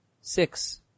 six